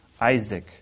Isaac